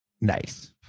Nice